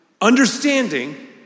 understanding